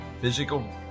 physical